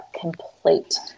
complete